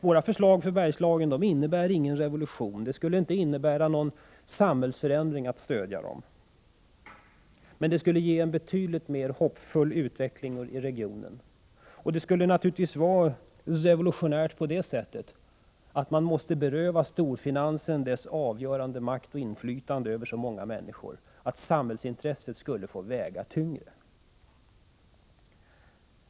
Våra förslag för Bergslagen innebär ingen revolution; ett genomförande av dem skulle inte innebära någon samhällsförändring, men det skulle medföra en betydligt mer hoppfull utveckling i regionen. Det skulle naturligtvis vara revolutionärt på det sättet att man måste beröva storfinansen dess avgörande makt och inflytande över så många människor och att samhällsintresset skulle få väga tyngre.